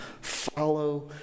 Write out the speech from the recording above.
follow